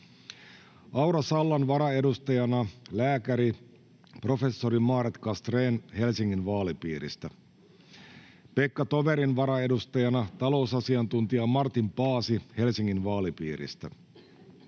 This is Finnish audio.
Aura Sallan varaedustajana lääkäri, professori Maaret Castrén Helsingin vaalipiiristä, Pekka Toverin varaedustajana talousasiantuntija Martin Paasi Helsingin vaalipiiristä,